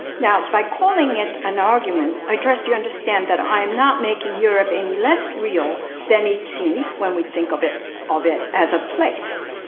now, by calling it an argument, i trust you understand that i am not making europe any less real than it seems when we think of it of it as a place,